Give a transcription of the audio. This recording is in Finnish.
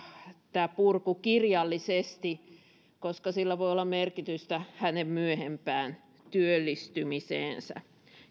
tämä purku kirjallisesti koska sillä voi olla merkitystä hänen myöhempään työllistymiseensä